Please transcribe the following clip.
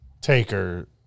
Taker